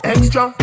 Extra